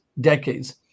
decades